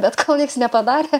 bet kol nieks nepadarė